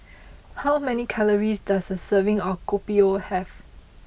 how many calories does a serving of Kopi O have